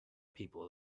people